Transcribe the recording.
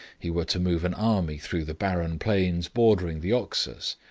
he were to move an army through the barren plains bordering the oxus,